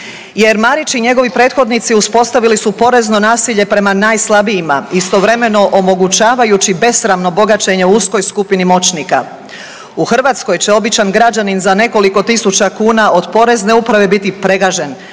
Jer Marić i njegovi prethodnici uspostavili su porezno nasilje prema najslabijima, istovremeno omogućavajući besramno bogaćenje uskoj skupini moćnika. U Hrvatskoj će običan građanin za nekoliko tisuća kuna od Porezne uprave biti pregažen,